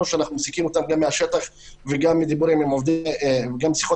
שאנחנו מסיקים אותן גם מהשטח וגם משיחות עם עובדים ערבים.